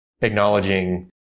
acknowledging